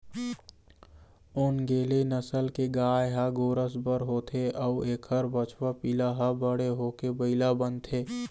ओन्गेले नसल के गाय ह गोरस बर होथे अउ एखर बछवा पिला ह बड़े होके बइला बनथे